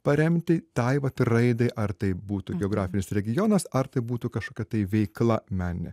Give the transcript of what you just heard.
paremti tai vat raidai ar tai būtų geografinis regionas ar tai būtų kažkokia tai veikla meninė